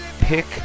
pick